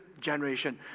generation